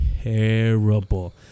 terrible